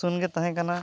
ᱥᱩᱱᱜᱮ ᱛᱟᱦᱮᱱ ᱠᱟᱱᱟ